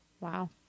Wow